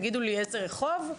תגידו לי איזה רחוב.